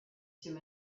two